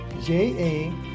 J-A-